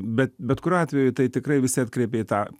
bet bet kuriuo atveju tai tikrai visi atkreipė į tą